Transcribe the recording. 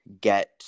get